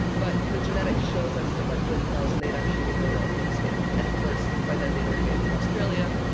but the genetics shows us that by forty thousand they'd actually made their way all the way to spain. and of course, by then, they'd already made it to australia,